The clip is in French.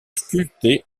sculptées